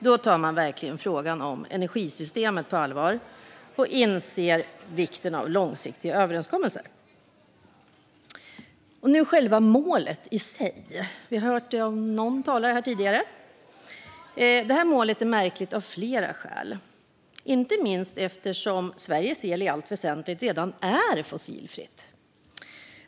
Är det verkligen att ta frågan om energisystemet på allvar och att inse vikten av långsiktiga överenskommelser? Sedan har vi själva målet i sig, som tidigare talare har varit inne på. Detta mål är märkligt av flera skäl, inte minst eftersom Sveriges el i allt väsentligt redan är fossilfri.